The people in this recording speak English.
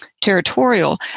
territorial